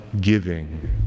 giving